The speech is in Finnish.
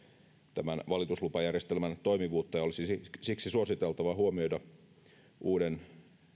tämän valituslupajärjestelmän toimivuutta ja olisi siksi suositeltava huomioida uuden